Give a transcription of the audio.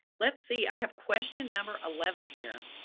let's see, i have question number eleven here.